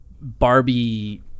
Barbie